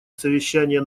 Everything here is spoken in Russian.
совещания